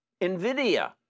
Nvidia